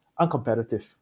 uncompetitive